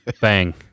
Bang